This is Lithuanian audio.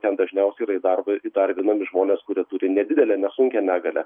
ten dažniausiai yra į darbą įdarbinami žmonės kurie turi nedidelę nesunkią negalią